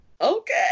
Okay